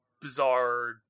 bizarre